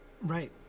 Right